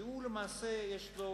שלמעשה יש לו